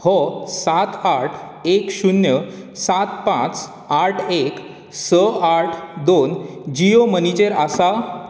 हो सात आठ एक शुन्य सात पांच आठ एक स आठ दोन जियो मनीचेर आसा